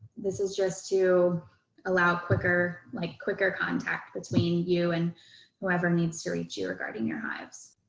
this is just to allow quicker, like quicker contact between you and whoever needs to reach you regarding your hives.